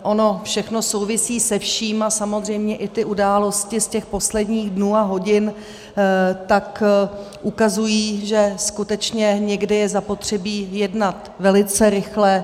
Ono všechno souvisí se vším a samozřejmě i události z posledních dnů a hodin ukazují, že skutečně někdy je zapotřebí jednat velice rychle.